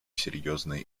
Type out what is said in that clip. серьезные